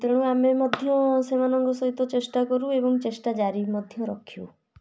ତେଣୁ ଆମେ ମଧ୍ୟ ସେମାନଙ୍କ ସହିତ ଚେଷ୍ଟାକରୁ ଏବଂ ଚେଷ୍ଟା ଜାରି ମଧ୍ୟ ରଖିବୁ